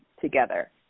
together